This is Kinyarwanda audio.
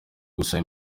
gusaba